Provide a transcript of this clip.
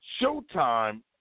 Showtime